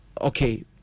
okay